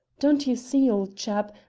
don't you see, old chap,